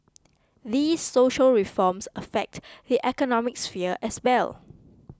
these social reforms affect the economic sphere as well